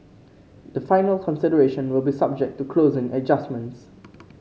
the final consideration will be subject to closing adjustments